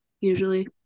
usually